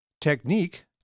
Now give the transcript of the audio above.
Technique